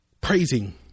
praising